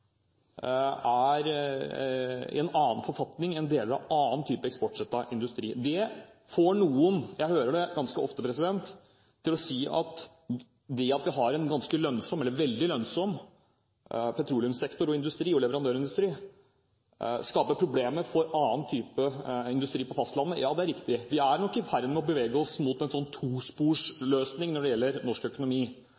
er i en annen forfatning enn deler av annen type eksportrettet industri. Det får noen til å si – jeg hører det ganske ofte – at det at vi har en veldig lønnsom petroleumssektor, petroleumsindustri, og leverandørindustri, skaper problemer for annen type industri på fastlandet, og ja, det er riktig. Vi er nok i ferd med å bevege oss mot en